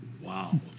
Wow